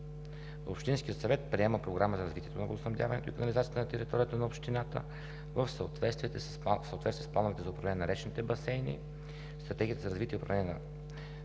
Общинският съвет приема програма за развитието на водоснабдяването и канализацията на територията на общината, в съответствие с плановете за управление на речните басейни, Стратегията за развитие и управление на